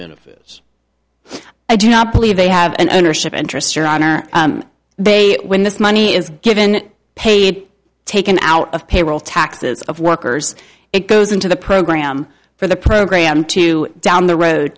write i do not believe they have an ownership interest or honor they when this money is given paid taken out of payroll taxes of workers it goes into the program for the program to down the road